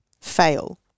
fail